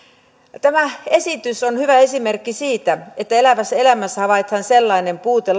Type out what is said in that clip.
tämä esitys on hyvä esimerkki siitä että elävässä elämässä havaitaan lainsäädännössä sellainen puute